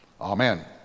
Amen